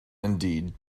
indeed